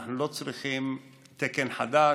אנחנו לא צריכים תקן חדש.